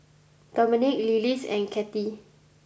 Dominick Lillis and Kathey